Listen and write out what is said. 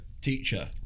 teacher